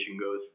goes